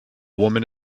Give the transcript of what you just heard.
woman